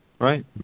right